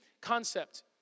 concept